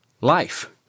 life